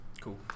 Cool